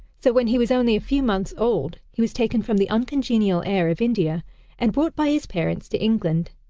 so when he was only a few months old, he was taken from the uncongenial air of india and brought by his parents to england.